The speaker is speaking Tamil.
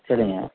சரிங்க